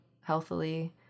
healthily